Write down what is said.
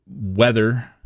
weather